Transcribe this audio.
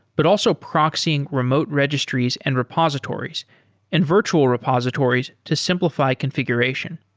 but also proxying remote registries and repositories and virtual repositories to simplify configuration.